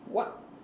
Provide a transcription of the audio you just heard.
what